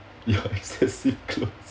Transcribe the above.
your expensive clothes